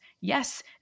Yes